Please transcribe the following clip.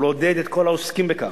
ולעודד את כל העוסקים בכך,